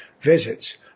visits